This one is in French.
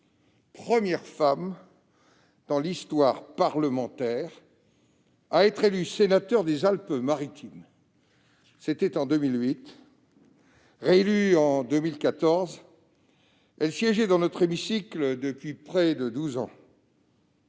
Première femme dans l'histoire parlementaire à être élue sénateur des Alpes-Maritimes en 2008, réélue en 2014, elle siégeait dans notre hémicycle depuis près de douze ans.